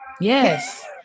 Yes